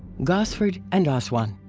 gosford and aswan.